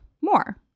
more